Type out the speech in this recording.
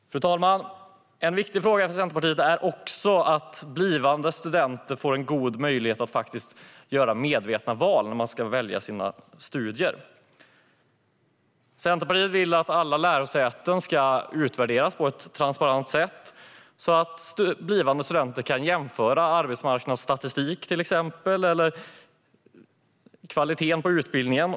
Fru talman! En viktig fråga för Centerpartiet är också att blivande studenter får en god möjlighet att faktiskt göra medvetna val när de ska välja sina studier. Centerpartiet vill att alla lärosäten ska utvärderas på ett transparent sätt, så att blivande studenter kan jämföra till exempel arbetsmarknadsstatistik eller kvaliteten på utbildningen.